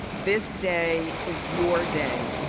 this day is your day.